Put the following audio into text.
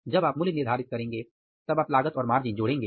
जब आप मूल्य निर्धारित करेंगे तब आप लागत और मार्ज़ीन जोड़ेंगे